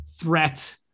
threat